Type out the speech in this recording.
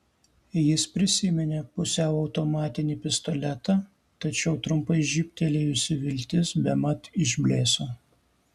jis prisiminė pusiau automatinį pistoletą tačiau trumpai žybtelėjusi viltis bemat išblėso